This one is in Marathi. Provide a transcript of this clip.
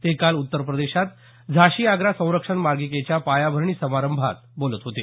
ते काल उत्तरप्रदेशात झाशी आग्रा संरक्षण मार्गिकेच्या पायाभारणी समारंभात बोलत होते